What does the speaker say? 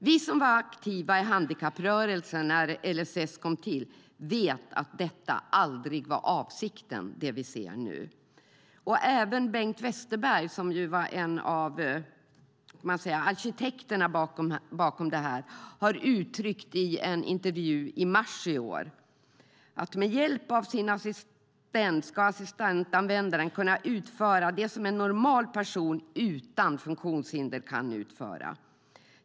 Vi som var aktiva i handikapprörelsen när LSS kom till vet att det vi ser nu aldrig var avsikten. Även Bengt Westerberg, som var en av arkitekterna bakom detta, uttryckte det i en intervju i mars i år: Med hjälp av sin assistent ska assistansanvändaren kunna utföra det som en normal person utan funktionshinder kan utföra.